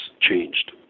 changed